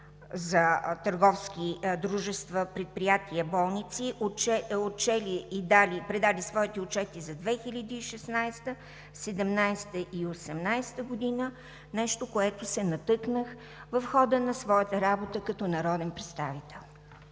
търговски дружества, предприятия и болници, отчели и предали своите отчети за 2016 г., 2017 г. и 2018 г. – нещо, на което се натъкнах в хода на своята работа като народен представител?